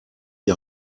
die